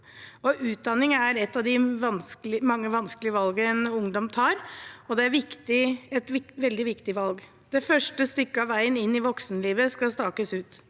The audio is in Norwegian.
Utdanning er et av de mange vanskelige valgene en ungdom tar, og det er et veldig viktig valg. Det første stykket av veien inn i voksenlivet skal stakes ut.